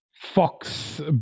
fox